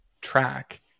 track